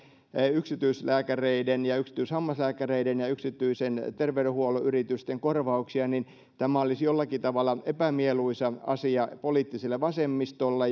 yksityislääkäreiden yksityishammaslääkäreiden ja yksityisten terveydenhuollon yritysten korvauksia niin tämä olisi jollakin tavalla epämieluisa asia poliittiselle vasemmistolle